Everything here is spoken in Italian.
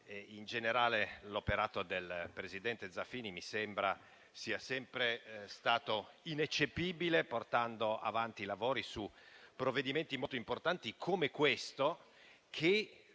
mi sembra che l'operato del presidente Zaffini sia sempre stato ineccepibile, portando avanti i lavori su provvedimenti molto importanti, come questo,